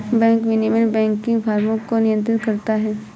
bank विनियमन banking फ़र्मों को नियंत्रित करता है